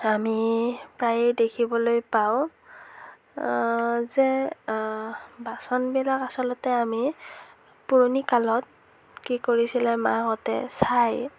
আমি প্ৰায়ে দেখিবলৈ পাওঁ যে বাচনবিলাক আচলতে আমি পুৰণি কালত কি কৰিছিলে মাহঁতে ছাই